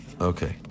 Okay